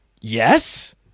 Yes